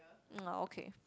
mm ah okay